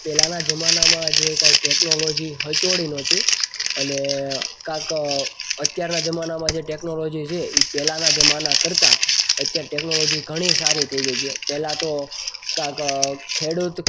પહેલાંના જમાનામાં જે કંઈ ટેકનોલોજી હચોળી નહોતી અને કાંઈક અત્યારના જમાનામાં જે ટેકનોલોજી છે ઇ પહેલાંના જમાના કરતાં અત્યારે ટેકનોલોજી ઘણી સારી થઈ ગઈ છે પહેલાં તો કાંઈક ખેડૂત